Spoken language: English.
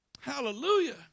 Hallelujah